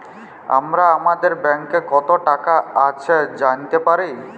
আমরা আমাদের ব্যাংকে কত টাকা আছে জাইলতে পারি